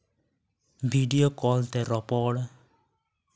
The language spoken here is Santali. ᱵᱷᱤᱰᱭᱳ ᱠᱚᱞᱛᱮ ᱨᱚᱯᱚᱲ